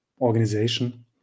organization